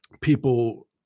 People